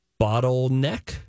bottleneck